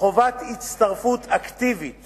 חובת הצטרפות אקטיבית